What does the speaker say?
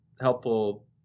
helpful